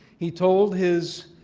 he told his